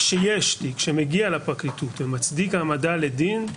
כשיש תיק שמגיע לפרקליטות ומצדיק העמדה לדין,